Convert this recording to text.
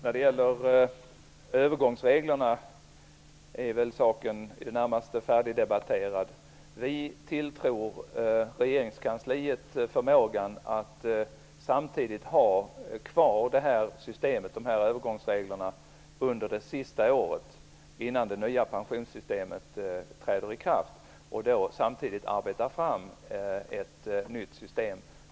Fru talman! Övergångsreglerna är väl i det närmaste färdigdebatterade. Vi tilltror regeringskansliet förmågan att ha kvar dessa övergångsregler under det sista året innan det nya pensionssystemet träder i kraft och samtidigt arbeta fram ett nytt system.